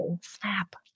Snap